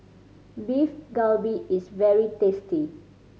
Beef Galbi is very tasty